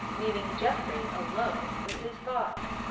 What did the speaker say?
leaving geoffrey alone with his thoughts.